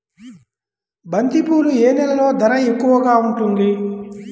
బంతిపూలు ఏ నెలలో ధర ఎక్కువగా ఉంటుంది?